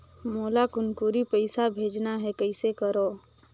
मोला कुनकुरी पइसा भेजना हैं, कइसे करो?